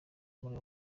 muri